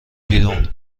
بیرون